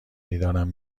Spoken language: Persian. دیدارم